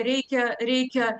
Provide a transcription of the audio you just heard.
reikia reikia